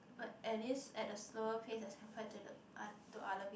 but at least at a slower pace as compared to the other to other people